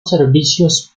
servicios